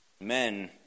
Men